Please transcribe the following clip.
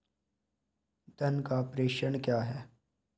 धन का प्रेषण क्या है?